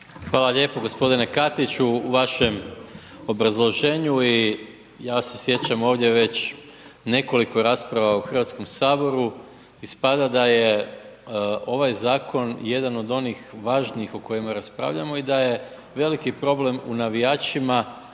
Hvala lijepo. Gospodine Katiću u vašem obrazloženju i ja se sjećam ovdje već nekoliko rasprava u Hrvatskom saboru, ispada da je ovaj zakon jedan od onih važnijih o kojima raspravljamo i da je veliki problem u navijačima